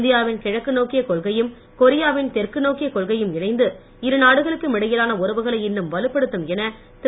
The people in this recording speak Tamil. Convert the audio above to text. இந்தியாவின் கிழக்கு நோக்கிய கொள்கையும் கொரியாவின் தெற்கு நோக்கிய கொள்கையும் இணைந்து இருநாடுகளுக்கும் இடையிலான உறவுகளை இன்னும் வலுப்படுத்தும் என திரு